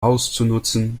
auszunutzen